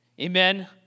Amen